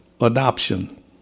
Adoption